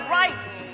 rights